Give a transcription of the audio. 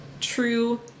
true